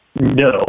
no